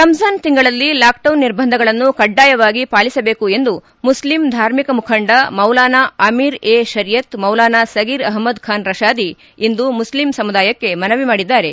ರಂಜಾನ್ ತಿಂಗಳಲ್ಲಿ ಲಾಕ್ಡೌನ್ ನಿರ್ಬಂಧಗಳನ್ನು ಕಡ್ಡಾಯವಾಗಿ ಪಾಲಿಸಬೇಕು ಎಂದು ಮುಸ್ಲಿಂ ಧಾರ್ಮಿಕ ಮುಖಂಡ ಮೌಲಾನಾ ಅಮೀರ್ ಎ ಶರೀಯತ್ ಮೌಲಾನಾ ಸಗೀರ್ ಅಪ್ಪದ್ ಖಾನ್ ರತಾದಿ ಇಂದು ಮುಸ್ಲಿಂ ಸಮುದಾಯಕ್ಕೆ ಮನವಿ ಮಾಡಿದ್ದಾರೆ